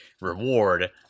reward